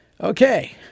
Okay